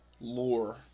lore